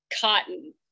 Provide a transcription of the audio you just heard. cotton